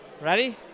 Ready